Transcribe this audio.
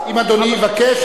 אם אדוני יבקש,